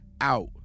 Out